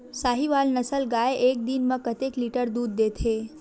साहीवल नस्ल गाय एक दिन म कतेक लीटर दूध देथे?